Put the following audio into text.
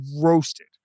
roasted